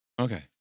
Okay